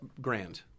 Grand